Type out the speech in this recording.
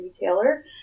retailer